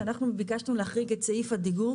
שאנחנו ביקשנו להחריג את סעיף הדיגום.